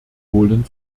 polen